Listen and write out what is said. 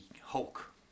Hulk